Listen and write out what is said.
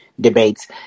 debates